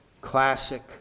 classic